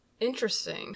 Interesting